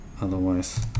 Otherwise